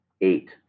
eight